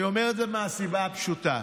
אני אומר את זה מהסיבה הפשוטה: